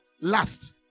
last